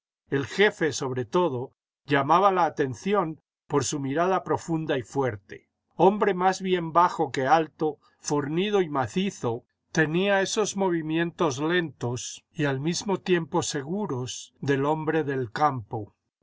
el jefe sobre todo llamaba la atención por su mirada profunda y fuerte hombre más bien bajo que alto fornido y macizo tenía esos movimientos lentos y al mismo tiempo seguros del hombre del campo